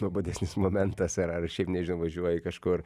nuobodesnis momentas ar ar šiaip nežinau važiuoji kažkur